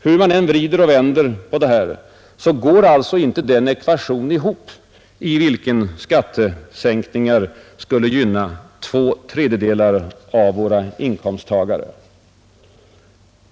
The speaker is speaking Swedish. Hur man än vrider och vänder på denna sak går alltså inte den ekvation ihop i vilken skattesänkningar skulle gynna två tredjedelar av våra inkomsttagare.